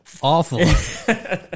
awful